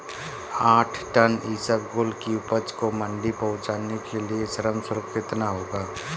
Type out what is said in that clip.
आठ टन इसबगोल की उपज को मंडी पहुंचाने के लिए श्रम शुल्क कितना होगा?